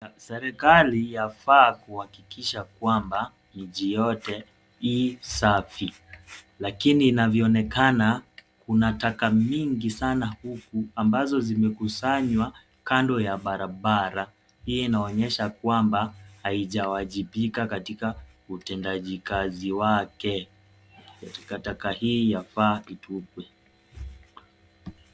Serikali yafaa kuhakikisha kwamba nchi yote ii safi, lakini inavyoonekana kuna takataka mingi sana huku ambazo zimekusanywa kando ya barabara hii inaonyesha kwamba haijawajibika katika utendaji kazi wake. Takataka hii yafaa kutupwa.